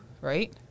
right